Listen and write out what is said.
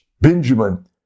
Benjamin